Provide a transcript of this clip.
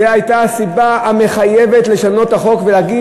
זו הייתה הסיבה המחייבת לשנות את החוק ולהגיד